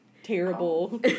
Terrible